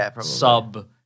sub